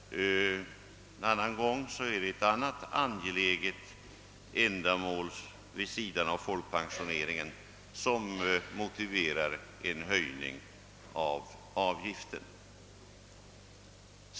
En annan gång är det ett annat angeläget ändamål vid sidan av folkpensioneringen som motiverar en höjning av avgiften.